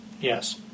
Yes